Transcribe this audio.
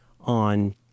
on